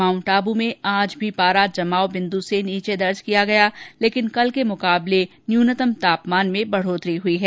Mount Abu में आज भी पारा जमाव बिन्दु से नीचे दर्ज किया गया लेकिन कल के मुकाबले न्यूनतम तापमान में बढ़ोतरी हुई है